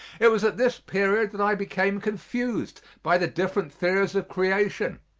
it was at this period that i became confused by the different theories of creation.